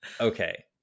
Okay